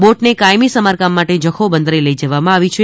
બોટને કાયમી સમારકામ માટે જખૌ બંદરે લઇ જવામાં આવી છે